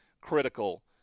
critical